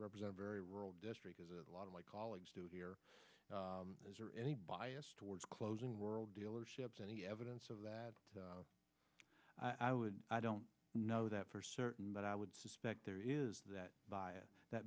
represent very rural district as a lot of my colleagues do here is there any bias towards closing world dealerships any evidence of that i would i don't know that for certain but i would suspect there is that bias that